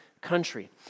country